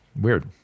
Weird